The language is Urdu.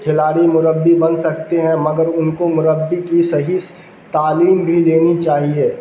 کھلاڑی مربی بن سکتے ہیں مگر ان کو مربی کی صحیح تعلیم بھی لینی چاہیے